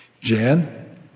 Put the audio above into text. Jan